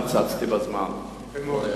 קיצצתי בזמן.